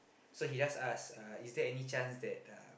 so he just ask uh is there any chance that uh